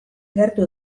gertu